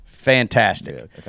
fantastic